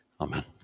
Amen